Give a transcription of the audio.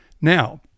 Now